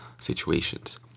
situations